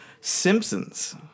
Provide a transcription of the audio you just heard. Simpsons